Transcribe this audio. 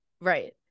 right